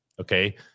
okay